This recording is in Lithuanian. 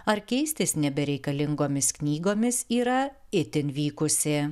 ar keistis nebereikalingomis knygomis yra itin vykusi